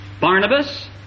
Barnabas